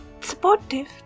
supportive